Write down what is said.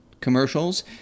commercials